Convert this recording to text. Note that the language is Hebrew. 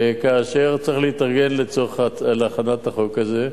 כאשר צריך להתארגן לצורך הכנת החוק הזה.